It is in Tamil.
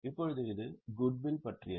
இப்போது இது குட்வில் பற்றியது